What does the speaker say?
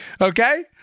Okay